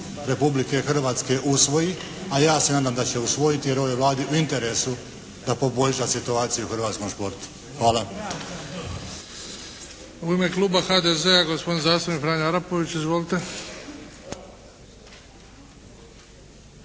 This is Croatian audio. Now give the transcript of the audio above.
Republike Hrvatske usvoji, a ja se nadam da će usvojiti jer je ovoj Vladi u interesu da poboljša situaciju u hrvatskom sportu. Hvala. **Bebić, Luka (HDZ)** U ime kluba HDZ-a, gospodin zastupnik Franjo Arapović. Izvolite.